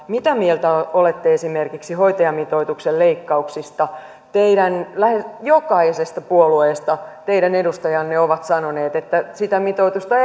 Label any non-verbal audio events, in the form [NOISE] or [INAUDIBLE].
mitä mieltä olette esimerkiksi hoitajamitoituksen leikkauksista teillä on lähes jokaisesta puolueesta edustajia jotka ovat sanoneet että sitä mitoitusta [UNINTELLIGIBLE]